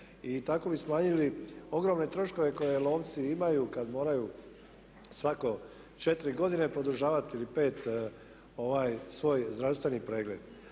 i tako bi smanjili ogromne troškove koje lovci imaju kada moraju svako 4 godine produžavati ili 5 ovaj svoj zdravstveni pregled.